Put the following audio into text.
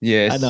Yes